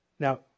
Now